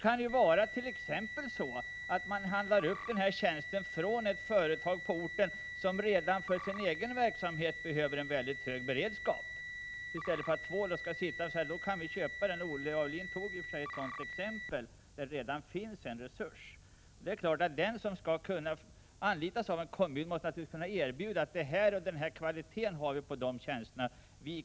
Man kan t.ex. handla upp den aktuella tjänsten från ett företag på orten, som redan för sin egen verksamhets skull behöver en mycket hög beredskap. I stället för att två skall upprätthålla samma resurser kan den ene köpa av den som redan har beredskap. Olle Aulin tog i och för sig ett sådant exempel. Det är klart att den som skall anlitas av en kommun måste kunna erbjuda en viss kvalitet på sina tjänster.